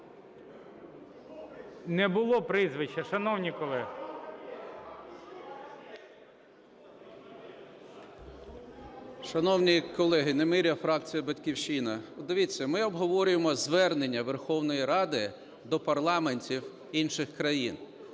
Не було прізвища, шановні колеги. 13:57:34 НЕМИРЯ Г.М. Шановні колеги, Немиря, фракція "Батьківщина". Дивіться, ми обговорюємо Звернення Верховної Ради до парламентів інших країн.